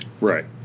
Right